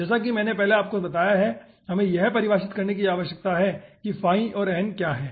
जैसा कि मैंने आपको पहले ही बताया है कि हमें यह परिभाषित करने की आवश्यकता है कि फाई और n क्या है